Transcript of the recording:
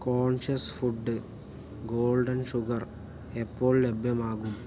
conscious food golden sugar എപ്പോൾ ലഭ്യമാകും